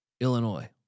Illinois